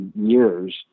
years